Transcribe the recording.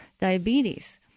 diabetes